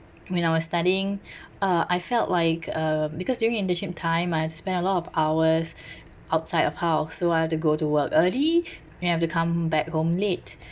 when I was studying uh I felt like uh because during internship time I spent a lot of hours outside of house so I have to go to work early and I have to come back home late